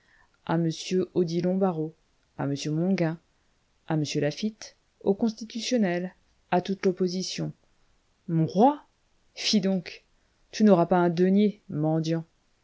à m odilon barrot à m mauguin à m laffitte au constitutionnel à toute l'opposition mon roi fi donc tu n'auras pas un denier mendiant